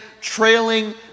trailing